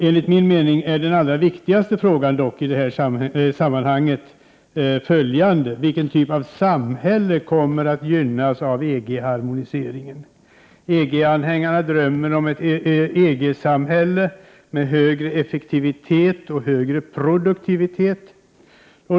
Enligt min mening är dock den allra viktigaste frågan i det här sammanhanget: Vilken typ av samhälle kommer att gynnas i och med EG harmoniseringen? EG-anhängarna drömmer om ett EG-samhälle med högre effektivitet och högre produktivitet.